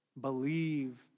Believe